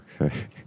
Okay